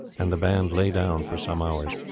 and the band lay down for some hours.